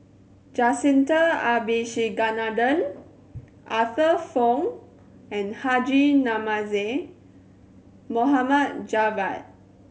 Jacintha Abisheganaden Arthur Fong and Haji Namazie Javad